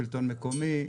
שלטון מקומי,